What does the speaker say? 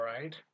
right